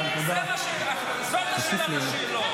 זה, זו שאלת השאלות.